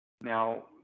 Now